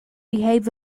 behave